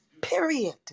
Period